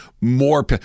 more